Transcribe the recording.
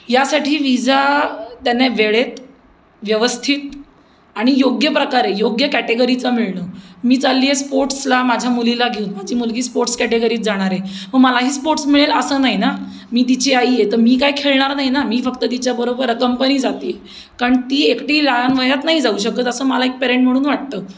यासाठी विजा त्यांना वेळेत व्यवस्थित आणि योग्य प्रकारे योग्य कॅटेगरीचा मिळणं मी चालले आहे स्पोर्ट्सला माझ्या मुलीला घेऊन माझी मुलगी स्पोर्ट्स कॅटेगरीत जाणार आहे मलाही स्पोर्ट्स मिळेल असं नाही ना मी तिची आई आहे तर मी काय खेळणार नाही ना मी फक्त तिच्याबरोबर कंपनी जाते आहे कारण ती एकटी लहान वयात नाही जाऊ शकत असं मला एक पेरेंट म्हणून वाटतं